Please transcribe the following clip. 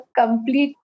complete